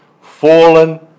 fallen